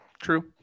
true